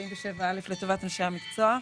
47(א) לטובת אנשי המקצוע.